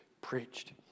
preached